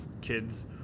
kids